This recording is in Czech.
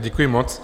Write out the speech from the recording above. Děkuji moc.